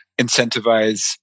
incentivize